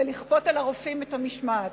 ולכפות על הרופאים את המשמעת.